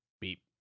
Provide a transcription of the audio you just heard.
Beep